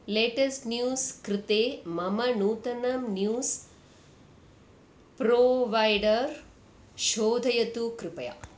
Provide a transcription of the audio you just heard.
latest news कृते मम नूतनं न्यूस् प्रोवैडर् शोधयतु कृपया